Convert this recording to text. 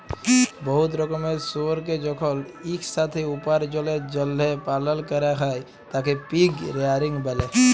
বহুত রকমের শুয়রকে যখল ইকসাথে উপার্জলের জ্যলহে পালল ক্যরা হ্যয় তাকে পিগ রেয়ারিং ব্যলে